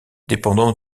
dépendant